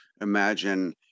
imagine